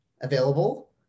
available